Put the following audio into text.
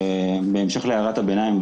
בהמשך להערת הביניים,